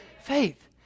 Faith